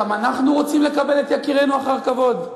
גם אנחנו רוצים לקבל את יקירינו אחר כבוד.